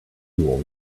will